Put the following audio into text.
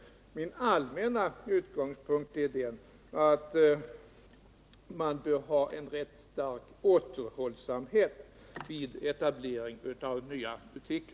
Min allmänna utgångspunkt är den att man bör ha en rätt stark återhållsamhet när det gäller etablering av nya butiker.